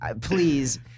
please